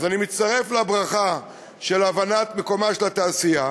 אז אני מצטרף לברכה על הבנת מקומה של התעשייה.